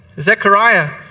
Zechariah